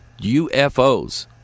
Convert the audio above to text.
UFOs